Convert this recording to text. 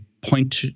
point